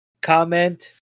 comment